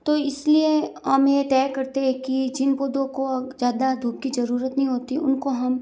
तो इसलिए हम यह तय करते हैं कि जिन पौधों को ज़्यादा धूप की ज़रूरत नहीं होती उनको हम